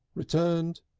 returned,